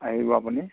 আহিব আপুনি